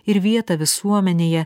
ir vietą visuomenėje